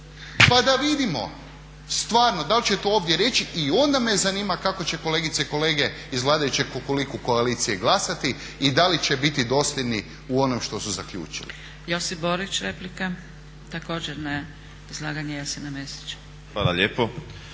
pa da vidimo stvarno da l' će to ovdje reći i onda me zanima kako će kolegice i kolege iz vladajuće Kukuriku koalicije glasati i da li će biti dosljedni u onom što su zaključili. **Zgrebec, Dragica (SDP)** Josip Borić, replika također na izlaganje Jasena Mesića.